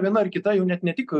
viena ar kita jau net ne tik